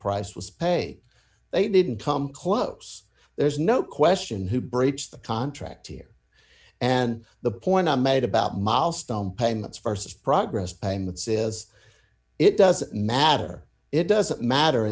price was pay they didn't come close there's no question who breached the contract here and the point i made about milestone payments st progress payments is it doesn't matter it doesn't matter